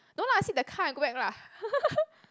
no lah I sit the car and go back lah